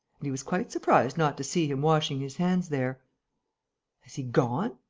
and he was quite surprised not to see him washing his hands there has he gone?